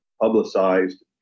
publicized